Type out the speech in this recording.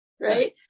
right